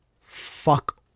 Fuck